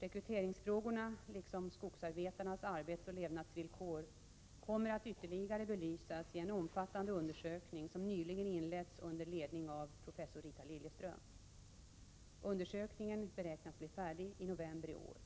Rekryteringsfrågorna, liksom skogsarbetarnas arbetsoch levnadsvillkor, kommer att ytterligare belysas i en omfattande undersökning som nyligen inletts under ledning av professor Rita Liljeström. Undersökningen beräknas bli färdig i november i år.